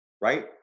right